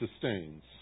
sustains